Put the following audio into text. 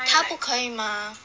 他不可以 mah